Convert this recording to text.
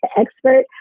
expert